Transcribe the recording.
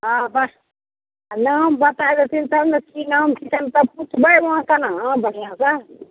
हँ बस आ नाम बताए देथिन तब ने की नाम छिकनि तऽ पूछबै वहाँ केना बढ़िआँसँ